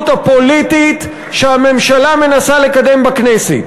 הפוליטית שהממשלה מנסה לקדם בכנסת.